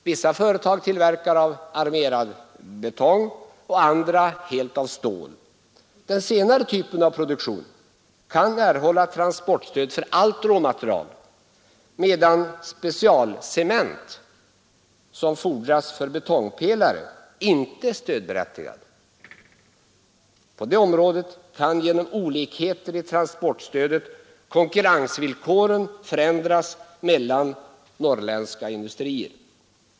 Vissa företag tillverkar bjälkarna av armerad betong och andra tillverkar dem helt av stål. Den senare typen av produktion kan erhålla transportstöd för allt råmaterial, medan specialcement, som erfordras för tillverkning av betongpelare, inte är en stödberättigad vara. På det området kan genom olikheter i transportstödet konkurrensvillkoren förändras mellan norrländska industrier.